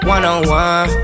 One-on-one